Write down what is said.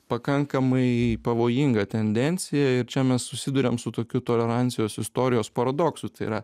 pakankamai pavojinga tendencija ir čia mes susiduriam su tokiu tolerancijos istorijos paradoksu tai yra